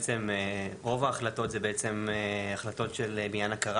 רוב ההחלטות הן החלטות של עניין הכרה